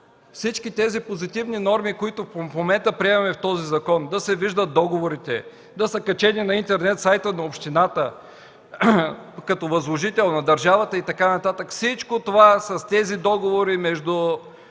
всички тези позитивни норми, които в момента приемаме в този закон – да се виждат договорите, да са качени на интернет сайта на общината, като възложител на държавата и така нататък. Всичко това с тези договори между